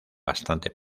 bastante